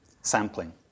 sampling